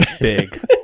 big